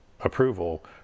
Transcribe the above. approval